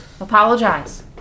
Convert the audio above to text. Apologize